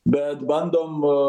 bet bandom